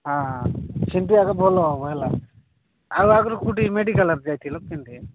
ହଁଁ ସେଠି ଆଗ ଭଲ ହେବ ହେଲା ଆଉ ଆଗରୁ କୋଉଠି ମେଡିକାଲର ଯାଇଥିଲ କେମିତି